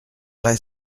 vrai